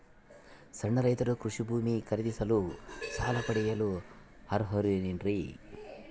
ಸಣ್ಣ ರೈತರು ಕೃಷಿ ಭೂಮಿ ಖರೇದಿಸಲು ಸಾಲ ಪಡೆಯಲು ಅರ್ಹರೇನ್ರಿ?